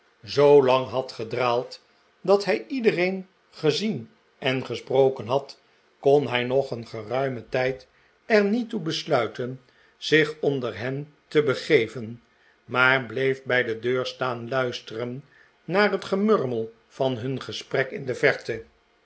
zoolang had gedraald dat hij iedereen gezien en gesproken had kon hij nog een geruimen tijd er niet toe besluiten zich onder hen te begeven maar bleef bij de deur staan luisteren naar het gemurmel van hun gesprek in de verte